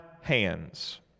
hands